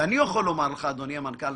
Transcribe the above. אני יכול לומר לך, אדוני המנכ"ל,